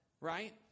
Right